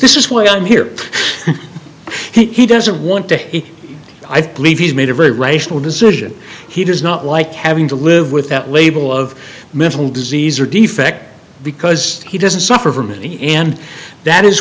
this is why i'm here he doesn't want to hear it i believe he's made a very rational decision he does not like having to live with that label of mental disease or defect because he doesn't suffer from the end that is